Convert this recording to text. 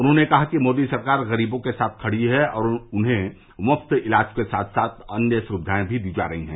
उन्होंने कहा कि मोदी सरकार गरीबों के साथ खड़ी है और उन्हें मुफ्त इलाज के साथ साथ अन्य सुविधाएं भी दी जा रही है